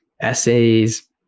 essays